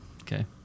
Okay